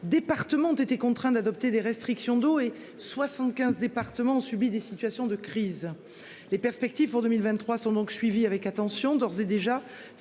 départements ont été contraints d'adopter des restrictions d'eau et 75 départements ont subi des situations de crise. Les perspectives pour 2023 sont donc suivis avec attention, d'ores et déjà